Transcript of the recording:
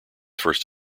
first